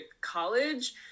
college